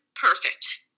perfect